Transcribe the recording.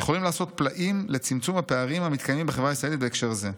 יכולים לעשות פלאים לצמצום הפערים המתקיימים בחברה הישראלית בהקשר זה".